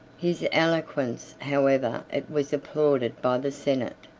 his eloquence, however it was applauded by the senate,